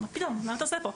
מה פתאום, מה אתה עושה פה?".